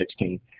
2016